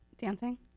Dancing